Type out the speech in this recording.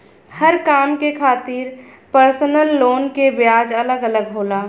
हर काम के खातिर परसनल लोन के ब्याज अलग अलग होला